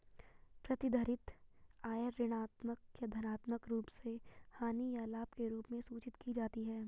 प्रतिधारित आय ऋणात्मक या धनात्मक रूप से हानि या लाभ के रूप में सूचित की जाती है